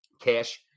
Cash